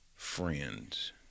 Friends